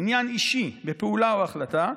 עניין אישי בפעולה או בהחלטה,